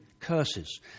curses